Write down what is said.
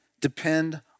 Depend